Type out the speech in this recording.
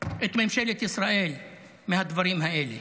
את ממשלת ישראל מהדברים האלה.